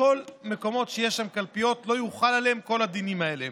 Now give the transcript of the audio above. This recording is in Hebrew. בכל המקומות שיש בהם קלפיות לא יוחלו עליהם כל הדינים האלה.